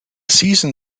season